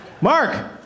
Mark